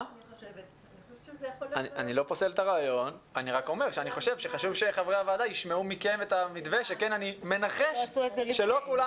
אני אומר שחשוב שחברי הוועדה ישמעו מכם את המתווה כי אני מנחש שלא כולם